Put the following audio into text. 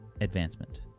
Advancement